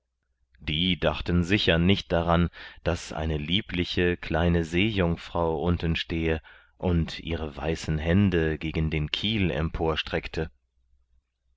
die dachten sicher nicht daran daß eine liebliche kleine seejungfrau unten stehe und ihre weißen hände gegen den kiel